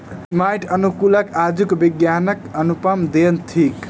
माइट अनुकूलक आजुक विज्ञानक अनुपम देन थिक